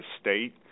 state